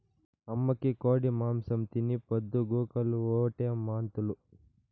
అమ్మకి కోడి మాంసం తిని పొద్దు గూకులు ఓటే వాంతులు